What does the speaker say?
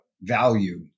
value